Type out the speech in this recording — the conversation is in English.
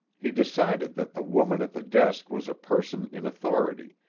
he decided that the woman at the desk was a person in authority,